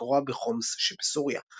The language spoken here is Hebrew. ומקורה בחומס שבסוריה.